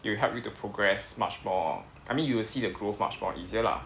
it will help you to progress much more I mean you will see the growth much more easier lah